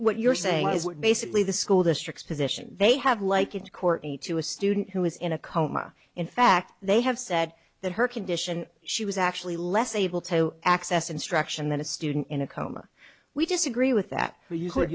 what you're saying is basically the school district's position they have likened courtney to a student who was in a coma in fact they have said that her condition she was actually less able to access instruction than a student in a coma we disagree with that or you could